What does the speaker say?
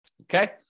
okay